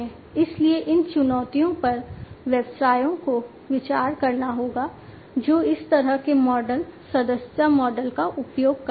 इसलिए इन चुनौतियों पर व्यवसायों को विचार करना होगा जो इस तरह के मॉडल सदस्यता मॉडल का उपयोग करते हैं